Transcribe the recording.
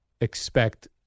expect